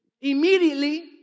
Immediately